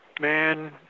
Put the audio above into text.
man